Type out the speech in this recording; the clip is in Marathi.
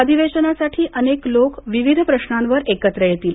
अधिवेशनासाठी अनेक लोक विविध प्रश्नावर एकत्र येतील